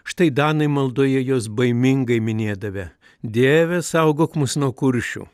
štai danai maldoje juos baimingai minėdavę dieve saugok mus nuo kuršių